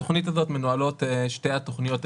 בתוכנית הזאת מנוהלות שתי התוכניות,